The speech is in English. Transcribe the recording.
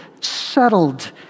settled